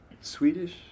Swedish